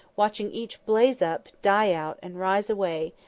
watching each blaze up, die out, and rise away,